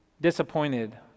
disappointed